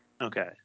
Okay